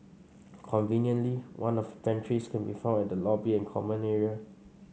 conveniently one of pantries can be found at the lobby and common area